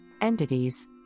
Entities